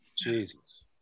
Jesus